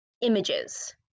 images